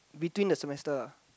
between the semester